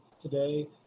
today